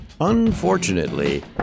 Unfortunately